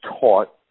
taught